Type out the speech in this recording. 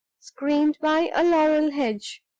screened by a laurel hedge,